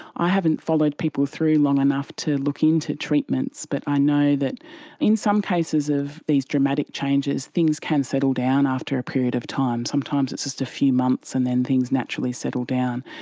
i haven't followed people through long enough to look into treatments but i know that in some cases of these dramatic changes, things can settle down after a period of time. sometimes it's just a few months and then things naturally settle down.